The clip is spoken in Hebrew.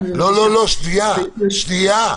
לבידוד.